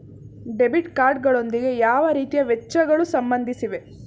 Debit card ಗಳೊಂದಿಗೆ ಯಾವ ರೀತಿಯ ವೆಚ್ಚಗಳು ಸಂಬಂಧಿಸಿವೆ?